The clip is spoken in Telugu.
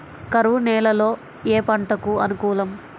కరువు నేలలో ఏ పంటకు అనుకూలం?